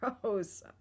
gross